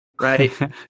right